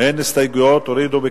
אין הסתייגויות, הורידו.